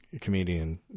comedian